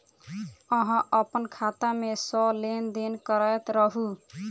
अहाँ अप्पन खाता मे सँ लेन देन करैत रहू?